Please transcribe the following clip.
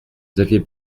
xavier